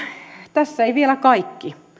tässä ei ole vielä kaikki